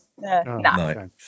No